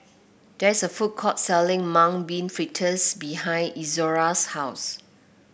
there is a food court selling Mung Bean Fritters behind Izora's house